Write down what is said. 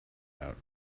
out